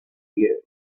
you